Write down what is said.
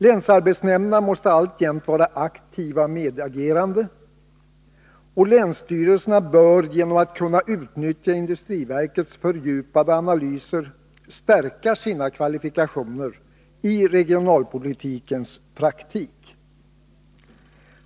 Länsarbetsnämnderna måste alltjämt vara aktiva medagerande, och länsstyrelserna bör genom att de kan utnyttja industriverkets fördjupade analyser stärka sina kvalifikationer i regionalpolitikens praktik.